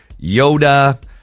Yoda